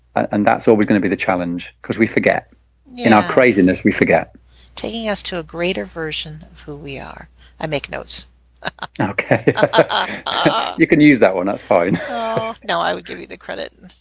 and that's always going to be the challenge because we forget in our craziness we forget taking us to a greater version of who we are i make notes okay ah ah you can use that one that's fine no i would give you the credit